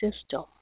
system